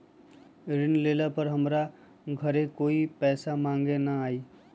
ऋण लेला पर हमरा घरे कोई पैसा मांगे नहीं न आई?